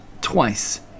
twice